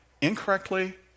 incorrectly